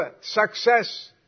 success